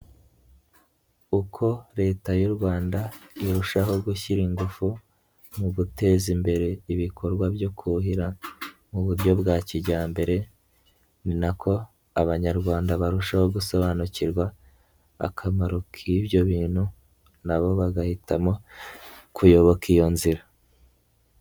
Uko Leta y'u Rwanda irushaho gushyira ingufu mu guteza imbere ibikorwa byo kuhira mu buryo bwa kijyambere ni nako abanyarwanda barushaho gusobanukirwa akamaro k'ibyo bintu na bo bagahitamo kuyoboka iyo nzira.